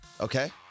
okay